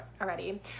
already